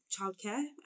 childcare